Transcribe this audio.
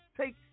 take